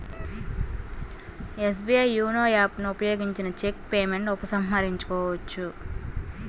SBI YONO app ను ఉపయోగించిన cheque payment ఉపసంహరించుకోవచ్చు